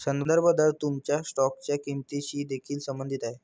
संदर्भ दर तुमच्या स्टॉकच्या किंमतीशी देखील संबंधित आहे